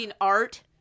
art